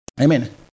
Amen